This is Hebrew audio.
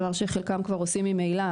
דבר שחלקם כבר עושים ממילא,